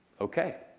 okay